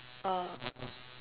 uh